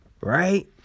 right